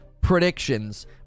predictions